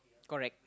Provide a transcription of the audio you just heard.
correct